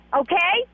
okay